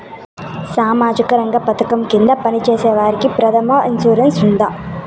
సామాజిక రంగ పథకం కింద పని చేసేవారికి ప్రమాద ఇన్సూరెన్సు ఉందా?